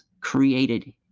created